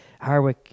Harwick